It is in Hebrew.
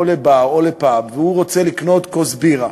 לבר או לפאב ורוצה לקנות כוס בירה,